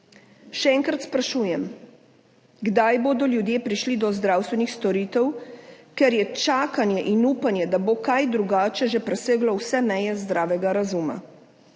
Še enkrat sprašujem, kdaj bodo ljudje prišli do zdravstvenih storitev, ker je čakanje in upanje, da bo kaj drugače, že preseglo vse meje zdravega razuma?